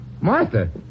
Martha